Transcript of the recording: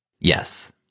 yes